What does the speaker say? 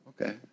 Okay